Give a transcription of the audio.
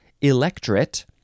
electorate